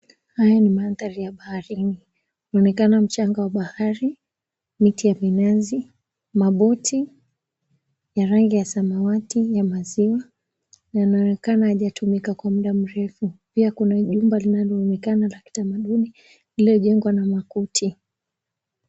Haya ni mandari ya baharini, inaonekana mchanga wa bahari, miti ya minazi, maboti ya rangi ya samawati ya maziwa yanaonekana hawajatumika kwa muda mrefu. Pia kuna jumba linaloonekana la kitamaduni lililojengwa na makuti.